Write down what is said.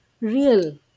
real